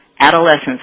Adolescents